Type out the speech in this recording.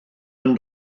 ein